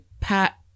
Pat